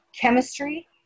chemistry